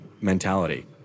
mentality